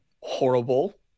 horrible